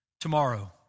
tomorrow